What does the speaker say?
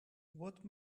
what